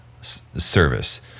service